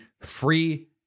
free